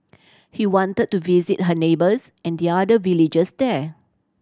he wanted to visit her neighbours and the other villagers there